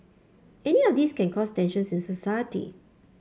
any of these can cause tensions in society